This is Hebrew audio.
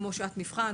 כמו "שעת מבחן".